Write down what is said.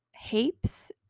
heaps